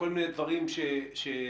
כל מיני דברים שסביבו,